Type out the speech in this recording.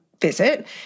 visit